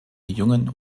jungen